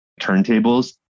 turntables